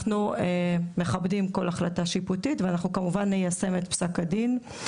אנחנו מכבדים כל החלטה שיפוטית ואנחנו כמובן ניישם את פסק הדין.